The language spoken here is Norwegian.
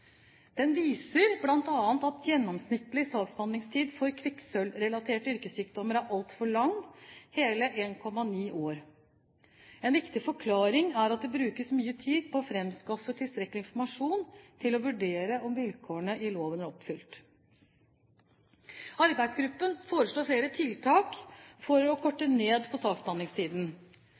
Den viser bl.a. at gjennomsnittlig saksbehandlingstid for kvikksølvrelaterte yrkessykdomssaker er altfor lang, hele 1,9 år. En viktig forklaring er at det brukes mye tid på å framskaffe tilstrekkelig informasjon til å vurdere om vilkårene i loven er oppfylt. Arbeidsgruppen foreslår flere tiltak for å korte ned på saksbehandlingstiden.